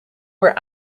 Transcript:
were